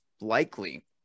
likely